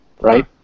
right